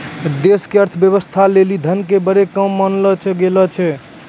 देश के अर्थव्यवस्था लेली धन के बड़ो काम मानलो जाय छै